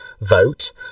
vote